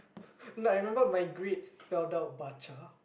no I remember my grades spelt out baca